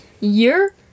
year